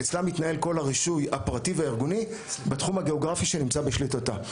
אצלה מתנהל כל הרישוי הפרטי והארגוני בתחום הגיאוגרפי שנמצא בשליטתה.